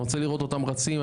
אני רוצה לראות אותם רצים,